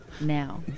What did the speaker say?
now